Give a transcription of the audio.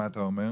מה אתה אומר?